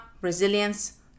resilience